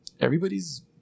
Everybody's